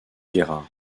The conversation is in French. guerra